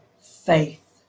faith